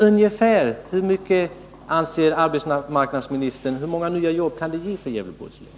Ungefär hur många nya jobb anser arbetsmarknadsministern att de kan ge för Gävleborgs län?